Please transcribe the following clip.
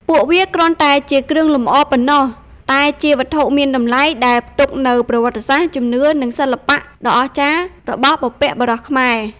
ពួកវាគ្រាន់តែជាគ្រឿងលម្អប៉ុណ្ណោះ តែជាវត្ថុមានតម្លៃដែលផ្ទុកនូវប្រវត្តិសាស្ត្រ ជំនឿ និងសិល្បៈដ៏អស្ចារ្យរបស់បុព្វបុរសខ្មែរ។